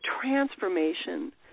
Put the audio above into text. transformation